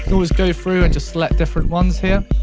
always go through and just let different ones here.